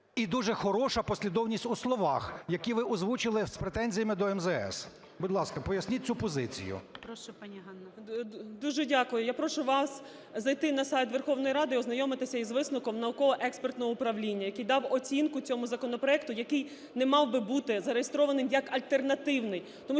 Дуже дякую. Я прошу вас зайти на сайт Верховної Ради і ознайомитися з висновком науково-експертного управління, який дав оцінку цьому законопроекту, який не мав би бути зареєстрований як альтернативний,